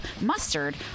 mustard